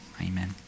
Amen